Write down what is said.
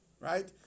right